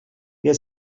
wer